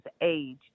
age